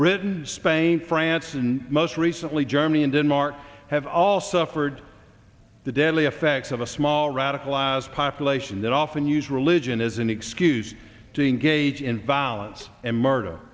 britain spain france and most recently germany and denmark have all suffered the deadly effects of a small radical last population that often use religion as an excuse to engage in violence and murder